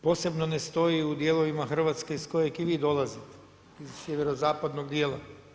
Posebno ne stoji u dijelovima Hrvatske s kojeg i vi dolazite, iz sjeverozapadnog djela.